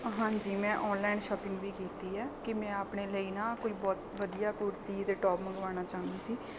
ਹਾਂਜੀ ਮੈਂ online shopping ਵੀ ਕੀਤੀ ਹੈ ਕਿ ਮੈਂ ਆਪਣੇ ਲਈ ਨਾ ਕੋਈ ਬਹੁਤ ਵਧੀਆ ਕੁੜਤੀ ਅਤੇ ਟੋਪ ਮੰਗਵਾਉਣਾ ਚਾਹੁੰਦੀ ਸੀ